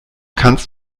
kannst